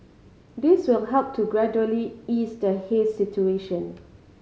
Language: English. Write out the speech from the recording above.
this will help to gradually ease the haze situation